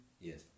Yes